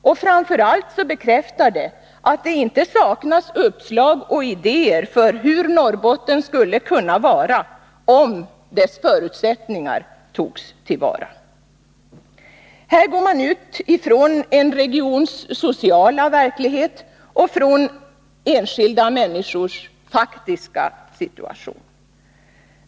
Och framför allt bekräftar det att det inte saknas uppslag och idéer när det gäller hur Norrbotten skulle kunna vara, om länets förutsättningar togs till vara. Här utgår man från en regions sociala verklighet och från enskilda människors faktiska situation.